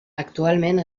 actualment